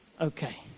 Okay